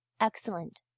excellent